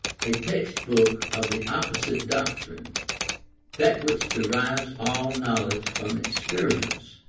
a text-book of the opposite doctrine that which derives all knowledge from experience,